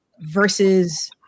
versus